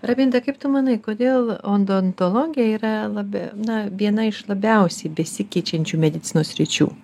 raminta kaip tu manai kodėl odontologija yra labe na viena iš labiausiai besikeičiančių medicinos sričių